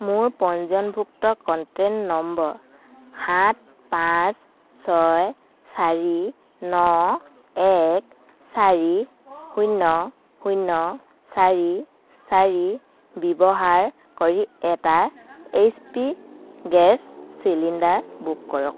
মোৰ পঞ্জীয়নভুক্ত contact number সাত পাঁচ ছয় চাৰি ন এক চাৰি শূণ্য শূণ্য চাৰি চাৰি ব্যৱহাৰ কৰি এটা H P gas cylinder book কৰক